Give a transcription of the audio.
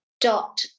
dot